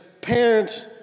parents